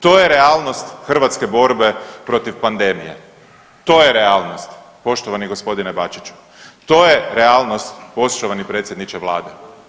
To je realnost hrvatske borbe protiv pandemije, to je realnog poštovani g. Bačiću, to je realnost poštovani predsjedniče Vlade.